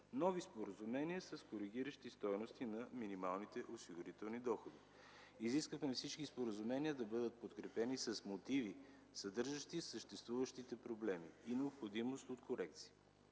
нови споразумения с коригиращи стойности на минималните осигурителни доходи. Искахме всички споразумения да бъдат подкрепени с мотиви, съдържащи съществуващите проблеми и необходимост от корекции.